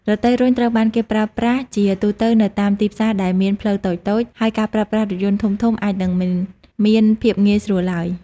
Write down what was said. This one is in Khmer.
រទេះរុញត្រូវបានគេប្រើប្រាស់ជាទូទៅនៅតាមទីផ្សារដែលមានផ្លូវតូចៗ ហើយការប្រើប្រាស់រថយន្តធំៗអាចនឹងមិនមានភាពងាយស្រួលឡើយ។